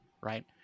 right